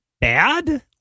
bad